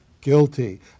guilty